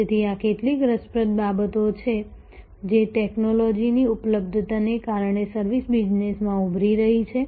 તેથી આ કેટલીક રસપ્રદ બાબતો છે જે ટેક્નોલોજીની ઉપલબ્ધતાને કારણે સર્વિસ બિઝનેસમાં ઉભરી રહી છે